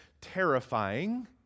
terrifying